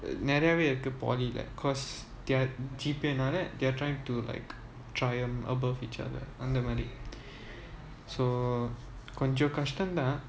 நிறையவேஇருக்கு:niraiyave iruku poly like because their G_P_A nale they're trying to like triumph above each other அந்தமாதிரி:antha mathiri so கொஞ்சம்கஷ்டம்தான்:konjam kastam thaan